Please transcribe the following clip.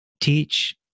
teach